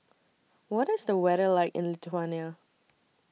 What IS The weather like in Lithuania